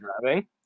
driving